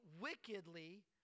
wickedly